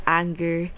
anger